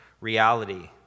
reality